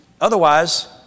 Otherwise